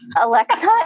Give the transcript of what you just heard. Alexa